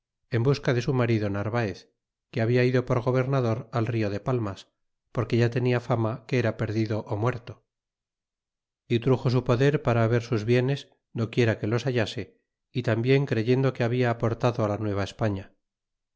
en busca de su marido narvaez que habia ido por gobernador al rio de palmas porque ya tenia fama que era perdido ó muerto y truxo su poder para haber sus bienes do quiera que los hallase y tambien creyendo que habia aportado la